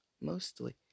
mostly